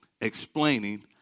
explaining